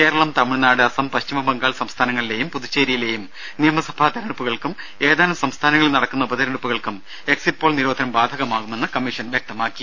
കേരളം തമിഴ്നാട് അസം പശ്ചിമ ബംഗാൾ സംസ്ഥാനങ്ങളിലേയും പുതുച്ചേരിയിലേയും നിയമസഭാ തെരഞ്ഞെടുപ്പുകൾക്കും ഏതാനും സംസ്ഥാനങ്ങളിൽ നടക്കുന്ന ഉപതെരഞ്ഞെടുപ്പുകൾക്കും എക്സിറ്റ് പോൾ നിരോധനം ബാധകമാകുമെന്ന് കമ്മീഷൻ വ്യക്തമാക്കി